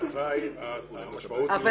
אזי המשמעות היא --- אבל,